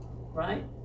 right